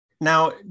Now